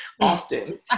often